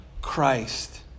Christ